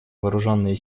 вооруженные